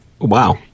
wow